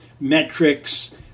metrics